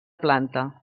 planta